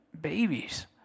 babies